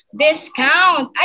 discount